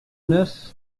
neuf